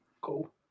Cool